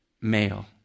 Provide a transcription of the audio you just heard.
Male